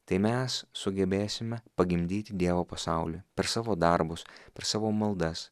tai mes sugebėsime pagimdyti dievo pasaulį per savo darbus per savo maldas